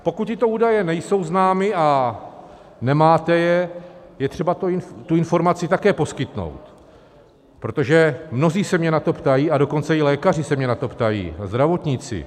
Pokud tyto údaje nejsou známy a nemáte je, je třeba tuto informaci také poskytnout, protože mnozí se mě na to ptají, a dokonce i lékaři se mě na to ptají, zdravotníci.